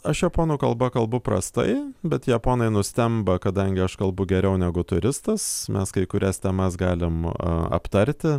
aš japonų kalba kalbu prastai bet japonai nustemba kadangi aš kalbu geriau negu turistas mes kai kurias temas galim a aptarti